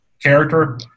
character